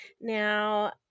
Now